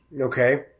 Okay